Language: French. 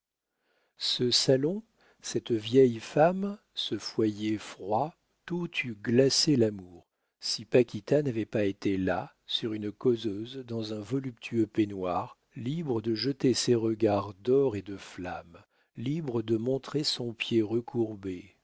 ce salon cette vieille femme ce foyer froid tout eût glacé l'amour si paquita n'avait pas été là sur une causeuse dans un voluptueux peignoir libre de jeter ses regards d'or et de flamme libre de montrer son pied recourbé